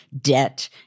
debt